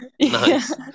Nice